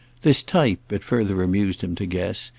this type, it further amused him to guess,